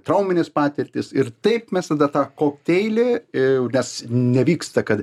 trauminės patirtys ir taip mes tada tą kokteilį į jau nes nevyksta kad